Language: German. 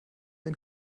ein